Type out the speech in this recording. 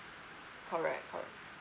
correct correct